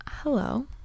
hello